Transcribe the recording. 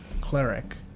Cleric